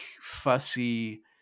fussy